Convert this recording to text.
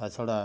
ତା' ଛଡ଼ା